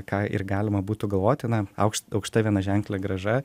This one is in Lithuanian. ką ir galima būtų galvoti na aukšt aukšta vienaženklė grąža